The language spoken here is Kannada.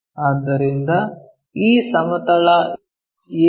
ಆದ್ದರಿಂದ ಈ ಸಮತಲ ಎ